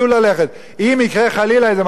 אם יקרה חלילה איזה מצב חירום,